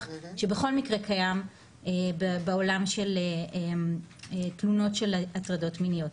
שבכל מקרה קיים בעולם של תלונות של הטרדות מיניות.